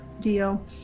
deal